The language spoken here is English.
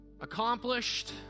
Accomplished